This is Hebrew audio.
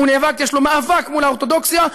יש לו מאבק מול האורתודוקסיה,